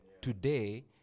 today